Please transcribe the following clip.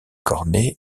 cornet